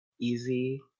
easy